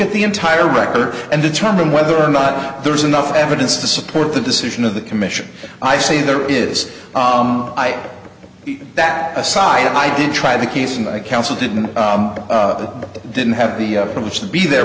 at the entire record and determine whether or not there's enough evidence to support the decision of the commission i say there is that aside i did try the case and i counsel didn't didn't have the privilege to be there